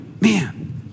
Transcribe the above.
Man